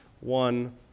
One